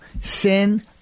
sin